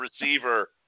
receiver